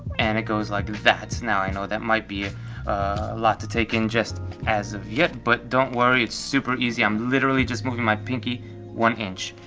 and it goes like that, now i know that might be a lot to take in just as of yet, but don't worry, it's super easy, i'm literally just moving my pinky one inch,